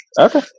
Okay